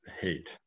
hate